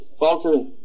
faltering